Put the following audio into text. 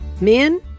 Men